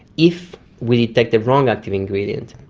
if we detect the wrong active ingredient,